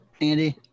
Andy